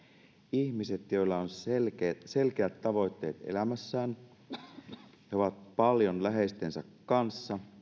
ihmiset joilla on selkeät selkeät tavoitteet elämässään jotka ovat paljon läheistensä kanssa